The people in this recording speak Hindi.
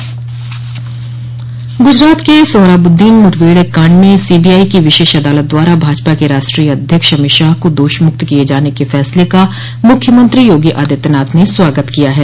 गुजरात के सोहराबुद्दीन मुठभेड़ कांड में सीबीआई की विशेष अदालत द्वारा भाजपा के राष्ट्रीय अध्यक्ष अमित शाह को दोष मुक्त किये जाने के फैसले का मुख्यमंत्री योगी आदित्यनाथ ने स्वागत किया है